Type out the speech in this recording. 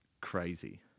crazy